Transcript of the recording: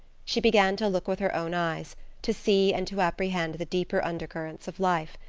she began to look with her own eyes to see and to apprehend the deeper undercurrents of life.